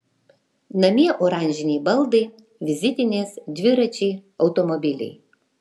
namie oranžiniai baldai vizitinės dviračiai automobiliai